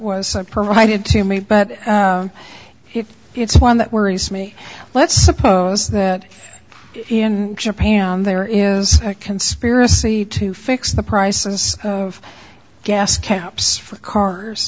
was provided to me but if it's one that worries me let's suppose that in japan there is a conspiracy to fix the prices of gas caps for cars